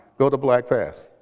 go to blackpast.